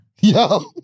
Yo